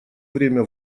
время